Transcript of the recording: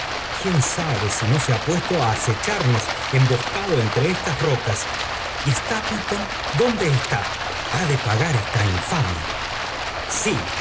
quién sabe si no se ha puesto á acechamos emboscado entre estas rocas i y stapleton dónde está j ha de pagar esta infamia sí